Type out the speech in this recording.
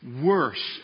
worse